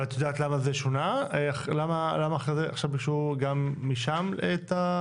עו"ד גולדשטיין, רצינו לדעת